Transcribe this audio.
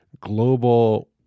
global